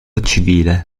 civile